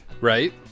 right